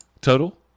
Total